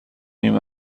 نیم